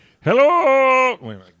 hello